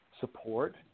support